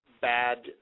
Bad